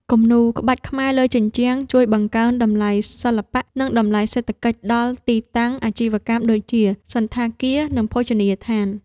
គំនូរក្បាច់ខ្មែរលើជញ្ជាំងជួយបង្កើនតម្លៃសិល្បៈ និងតម្លៃសេដ្ឋកិច្ចដល់ទីតាំងអាជីវកម្មដូចជា សណ្ឋាគារ និងភោជនីយដ្ឋាន។